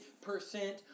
percent